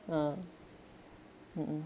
uh mm mm